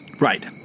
Right